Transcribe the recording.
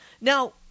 Now